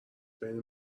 بین